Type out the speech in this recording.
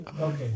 Okay